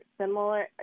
similar